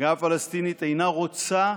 ההנהגה הפלסטינית אינה רוצה,